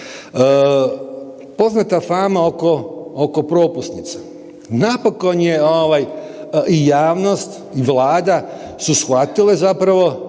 Poznata fama oko propusnica. Napokon je i javnost i Vlada su shvatile zapravo